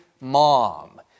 mom